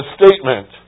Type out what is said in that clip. statement